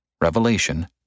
Revelation